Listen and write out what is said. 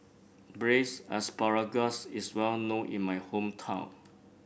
Braised Asparagus is well known in my hometown